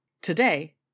Today